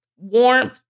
Warm